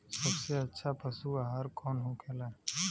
सबसे अच्छा पशु आहार कौन होखेला?